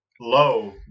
low